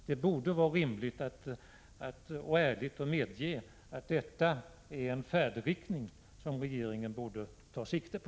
Det skulle vara ärligt att medge att detta är en färdriktning som regeringen borde ta fasta på.